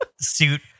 suit